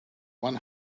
one